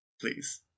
please